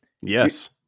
yes